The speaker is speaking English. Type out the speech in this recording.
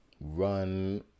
run